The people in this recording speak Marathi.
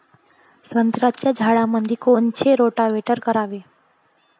संत्र्याच्या झाडामंदी कोनचे रोटावेटर करावे?